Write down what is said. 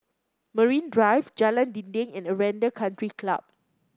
Marine Drive Jalan Dinding and Aranda Country Club